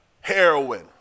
heroin